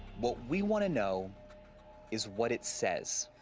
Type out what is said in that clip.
what we want to know is what it says.